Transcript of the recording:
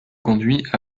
conduit